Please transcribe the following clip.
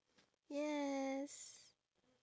yes